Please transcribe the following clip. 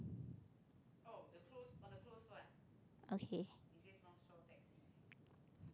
okay